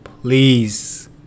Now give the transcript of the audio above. Please